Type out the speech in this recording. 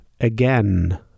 again